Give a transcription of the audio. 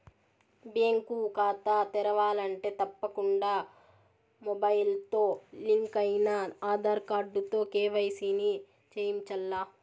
bank కాతా తెరవాలంటే తప్పకుండా మొబయిల్తో లింకయిన ఆదార్ కార్డుతో కేవైసీని చేయించాల్ల